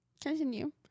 Continue